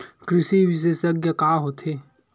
कृषि विशेषज्ञ का होथे?